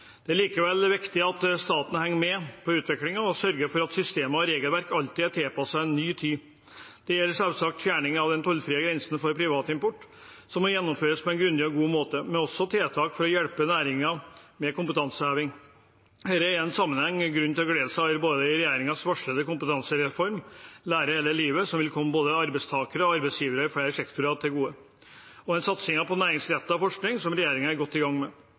Det er likevel viktig at staten henger med på utviklingen og sørger for at systemer og regelverk alltid er tilpasset en ny tid. Det gjelder selvsagt fjerning av den tollfrie grensen for privat import, som må gjennomføres på en grundig og god måte, men også tiltak for å hjelpe næringen med kompetanseheving. Her er det i denne sammenheng grunn til å glede seg både over regjeringens varslede kompetansereform, Lære hele livet, som vil komme både arbeidstakere og arbeidsgivere i flere sektorer til gode, og over den satsingen på næringsrettet forskning som regjeringen er godt i gang med.